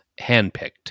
handpicked